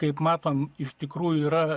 kaip matom iš tikrųjų yra